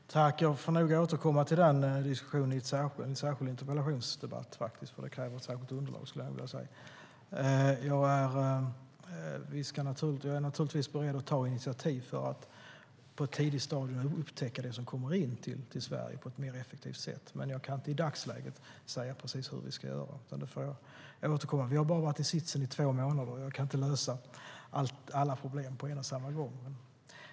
Herr talman! Jag får nog återkomma till den diskussionen i en särskild interpellationsdebatt, för det kräver ett särskilt underlag. Jag är naturligtvis beredd att ta initiativ till att på ett tidigt stadium och på ett mer effektivt sätt upptäcka det som kommer in till Sverige, men jag kan i dagsläget inte säga precis hur vi ska göra. Det får vi återkomma till. Vi har bara suttit vid makten i två månader, och alla problem kan inte lösas på en och samma gång.